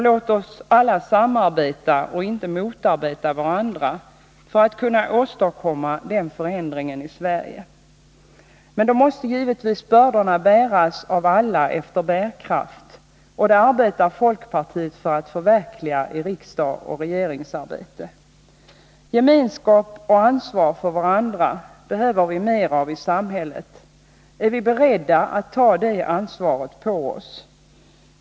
Låt oss alla samarbeta och inte motarbeta varandra för att kunna åstadkomma den förändringen i Sverige. Då måste givetvis bördorna bäras av alla efter bärkraft, och det arbetar folkpartiet i riksdag och regering för att förverkliga. Gemenskap och ansvar för varandra behöver vi mer av i samhället. Är vi beredda att ta det ansvaret?